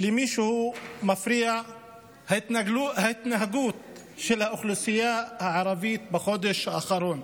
למישהו מפריעה ההתנהגות של האוכלוסייה הערבית בחודש האחרון.